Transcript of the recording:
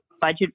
budget